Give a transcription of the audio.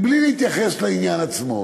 בלי להתייחס לעניין עצמו.